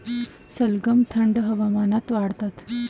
सलगम थंड हवामानात वाढतात